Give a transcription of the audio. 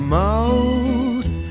mouth